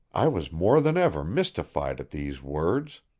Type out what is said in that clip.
i was more than ever mystified at these words.